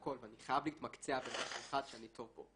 בהכל ואני חייב להתמקצע במשהו אחד שאני טוב בו.